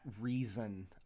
reason